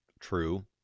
true